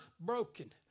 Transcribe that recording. Broken